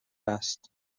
است